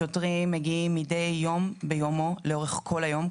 שוטרים מגיעים מדי יום ביומו לאורך כל היום,